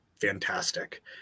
fantastic